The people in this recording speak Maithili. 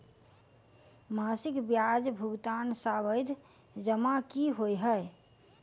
मासिक ब्याज भुगतान सावधि जमा की होइ है?